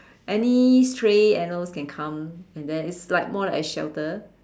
any stray animals can come and then it's more like a shelter